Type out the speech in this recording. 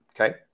Okay